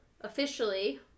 officially